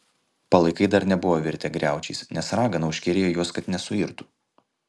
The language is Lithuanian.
palaikai dar nebuvo virtę griaučiais nes ragana užkerėjo juos kad nesuirtų